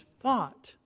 thought